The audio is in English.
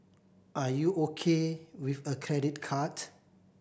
are you O K with a credit card